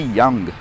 young